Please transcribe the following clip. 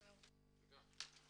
תודה.